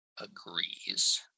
agrees